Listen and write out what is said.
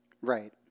Right